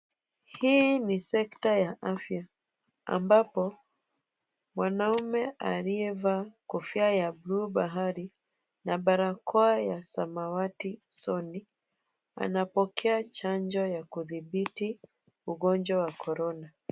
Hii ni sekta ya afya ambapo mwanaume aliyevaa kofia ya buluu bahari na barakoa ya samawati soni anapokea chanjo ya kudhibiti ugonjwa wa Korona.